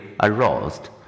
aroused